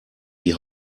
die